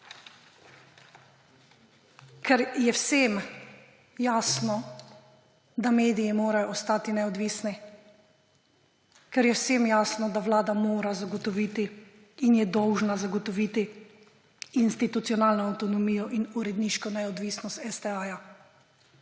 ker je vsem jasno, da mediji morajo ostati neodvisni. Ker je vsem jasno, da vlada mora zagotoviti in je dolžna zagotoviti institucionalno avtonomijo in uredniško neodvisnost STA.